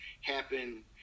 happen